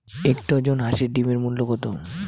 এক ডজন হাঁসের ডিমের মূল্য কত?